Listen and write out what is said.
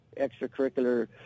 extracurricular